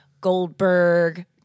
Goldberg